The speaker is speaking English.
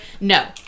no